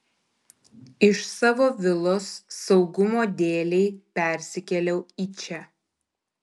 iš savo vilos saugumo dėlei persikėliau į čia